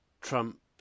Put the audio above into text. Trump